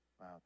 wow